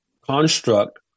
construct